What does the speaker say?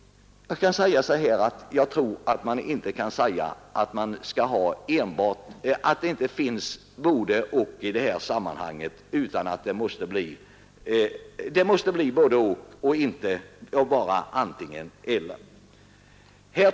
Jag vill framhålla att det i detta sammanhang måste bli ett både-och och inte bara ett antingen—eller.